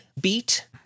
beat